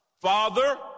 Father